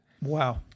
Wow